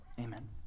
Amen